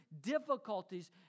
difficulties